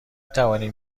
توانیم